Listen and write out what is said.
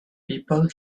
people